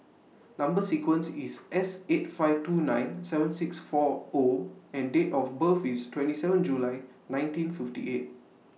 Number sequence IS S eight five two nine seven six four O and Date of birth IS twenty seven July nineteen fifty eight